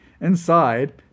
inside